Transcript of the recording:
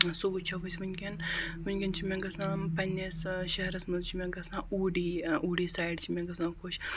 سُہ وٕچھو أسۍ وٕنۍکٮ۪ن وٕنۍکٮ۪ن چھِ مےٚ گژھان پنٛنِس شہرَس منٛز چھِ مےٚ گژھان اوٗڑی اوٗڑی سایڈ چھِ مےٚ گژھان خۄش